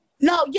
No